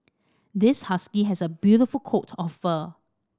this husky has a beautiful coat of fur